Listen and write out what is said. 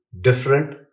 different